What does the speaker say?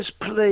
please